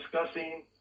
discussing